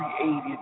created